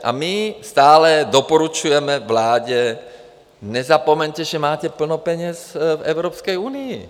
A my stále doporučujeme vládě: nezapomeňte, že máte plno peněz v Evropské unii.